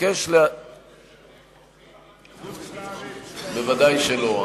האם זה כולל עורכי-דין, ודאי שלא.